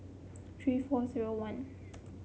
three four zero one